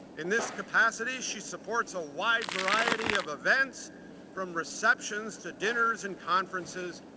in this capacity, she supports a wide variety of events from receptions to dinners and conferences,